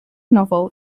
novel